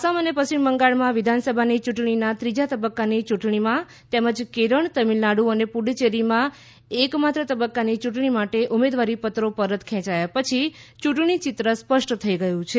આસામ અને પશ્ચિમ બંગાળમાં વિધાનસભાની ચૂંટણીના ત્રીજા તબક્કાની ચૂંટણીમાં તેમજ કેરળ તમિલનાડુ અને પુડુચ્ચેરીમાં એક માત્ર તબક્કાની ચૂંટણી માટે ઉમેદવારીપત્રો પરત ખેંચાયા પછી ચૂંટણી ચિત્ર સ્પષ્ટ થઈ ગયું છે